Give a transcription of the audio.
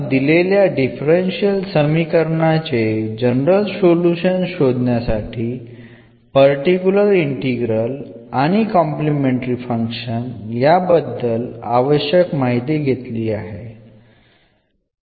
തന്നിരിക്കുന്ന ഡിഫറൻഷ്യൽ സമവാക്യത്തിന്റെ general solution കണ്ടെത്തുന്നതിന് നമ്മൾ കോംപ്ലിമെൻററി ഫംഗ്ഷൻ കണ്ടെത്തേണ്ടതുണ്ട് അതോടൊപ്പം പർട്ടിക്കുലർ ഇന്റഗ്രലും കണ്ടെത്തേണ്ടതുണ്ട് ഇവയും നമ്മൾ ചർച്ച ചെയ്തിട്ടുണ്ട്